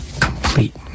complete